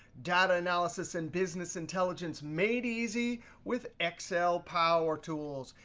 data analysis and business intelligence made easy with excel power tools.